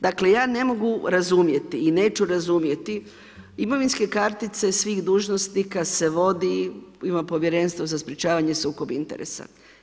Dakle ja ne mogu razumjeti i neću razumjeti, imovinske kartice svih dužnosnika se vodi, ima Povjerenstvo za sprječavanje sukob interesa.